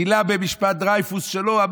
גילה במשפט דרייפוס שלא.